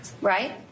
Right